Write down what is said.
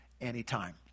anytime